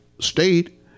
State